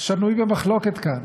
שנוי במחלוקת כאן,